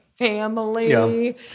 family